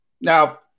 Now